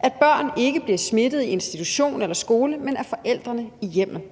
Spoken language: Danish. at børn ikke bliver smittet i institution eller skole, men af forældrene i hjemmet.